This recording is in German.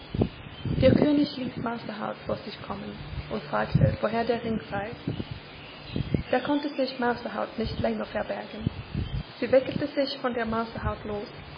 der könig ließ mausehaut vor sich kommen und fragte woher der ring sey da konnte sich mausehaut nicht länger verbergen sie wickelte sich von der mausehaut los